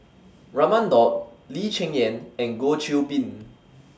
Raman Daud Lee Cheng Yan and Goh Qiu Bin